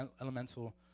elemental